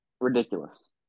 Ridiculous